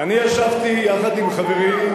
אני ישבתי יחד עם חברי,